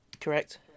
Correct